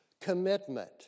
commitment